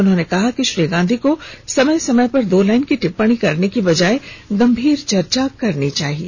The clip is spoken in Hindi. उन्होंने कहा कि श्री राहल गांधी को समय समय पर दो लाइन की टिप्पणी करने की बजाय गंभीर चर्चा करनी चाहिए